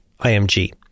IMG